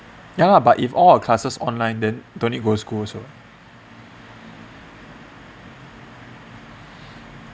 ya lah but if all the classes online then don't need go school also